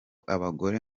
abagore